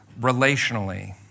relationally